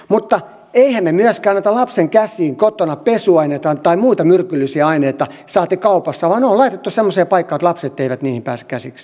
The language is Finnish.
mutta emmehän me myöskään anna lapsen käsiin kotona pesuaineita tai muita myrkyllisiä aineita saati kaupassa vaan ne on laitettu semmoiseen paikkaan että lapset eivät niihin pääse käsiksi